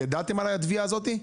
ידעתם על התביעה הזו?